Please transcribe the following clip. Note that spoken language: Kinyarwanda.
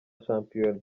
shampiyona